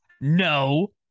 No